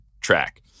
track